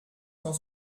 cent